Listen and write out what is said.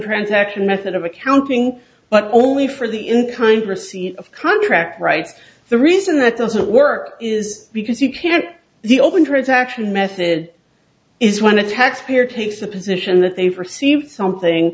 transaction method of accounting but only for the in kind of contract rights the reason that doesn't work is because you can't the open transaction method is when the taxpayer takes the position that they've received something